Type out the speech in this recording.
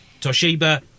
toshiba